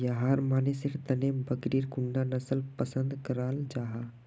याहर मानसेर तने बकरीर कुंडा नसल पसंद कराल जाहा?